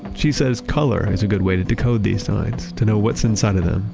she says color is a good way to decode these signs, to know what's inside of them,